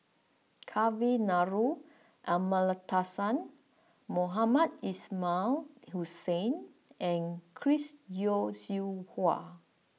Kavignareru Amallathasan Mohamed Ismail Hussain and Chris Yeo Siew Hua